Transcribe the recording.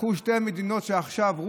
קחו את שתי המדינות שעכשיו נמצאות בעימות,